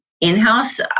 in-house